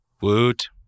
Woot